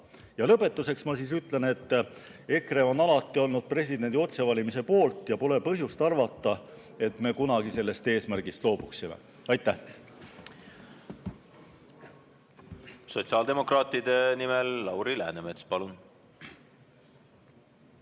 Lõpetuseks ma ütlen, et EKRE on alati olnud presidendi otsevalimise poolt ja pole põhjust arvata, et me kunagi sellest eesmärgist loobuksime. Aitäh! Sotsiaaldemokraatide nimel Lauri Läänemets, palun!